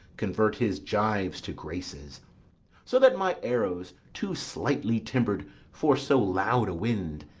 convert his gyves to graces so that my arrows, too slightly timber'd for so loud a wind,